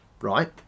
right